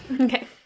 Okay